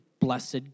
blessed